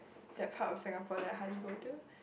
that part of Singapore that hardly go to